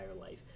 life